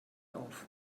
auf